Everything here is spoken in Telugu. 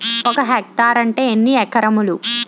ఒక హెక్టార్ అంటే ఎన్ని ఏకరములు?